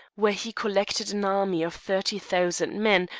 where he collected an army of thirty thousand men,